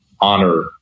honor